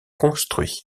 construit